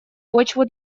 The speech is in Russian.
почву